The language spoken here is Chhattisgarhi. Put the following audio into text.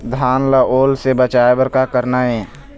धान ला ओल से बचाए बर का करना ये?